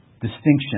Distinction